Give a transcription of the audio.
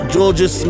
Georgia